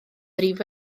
brif